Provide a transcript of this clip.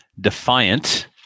Defiant